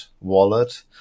wallet